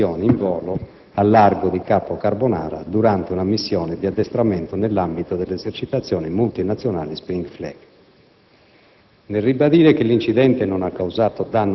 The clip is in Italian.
sono precipitati a causa di una collisione in volo a Largo di Capo Carbonara, durante una missione di addestramento nell'ambito dell'esercitazione multinazionale «*Spring Flag*».